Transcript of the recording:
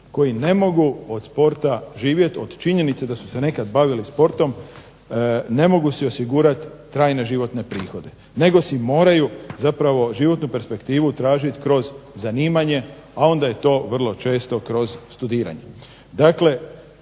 koji ne mogu od sporta živjeti, od činjenice da su se nekad bavili sportom ne mogu si osigurati trajne životne prihode, nego si moraju zapravo životnu perspektivu tražiti kroz zanimanje, a onda je to vrlo često kroz studiranje.